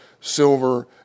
silver